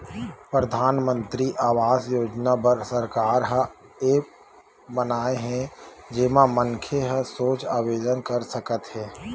परधानमंतरी आवास योजना बर सरकार ह ऐप बनाए हे जेमा मनखे ह सोझ आवेदन कर सकत हे